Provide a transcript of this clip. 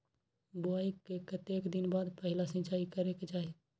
बोआई के कतेक दिन बाद पहिला सिंचाई करे के चाही?